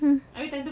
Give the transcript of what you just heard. mm